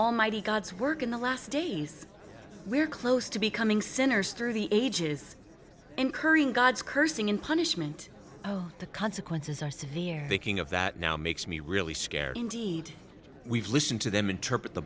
almighty god's work in the last days we are close to becoming sinners through the ages incurring god's cursing and punishment oh the consequences are severe thinking of that now makes me really scared indeed we've listened to them interpret the